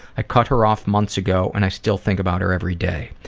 i cut her off months ago and i still think about her everyday.